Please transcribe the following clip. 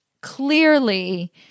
clearly